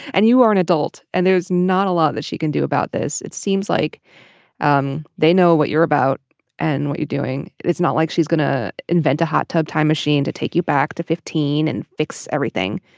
and you are an adult and there's not a lot that she can do about this. it seems like um they know what you're about and what you're doing. it's not like she's going to invent a hot tub time machine to take you back to fifteen and fix everything.